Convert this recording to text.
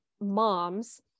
moms